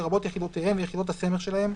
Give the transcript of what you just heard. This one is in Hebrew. לרבות יחידותיהם ויחידות הסמך שלהם,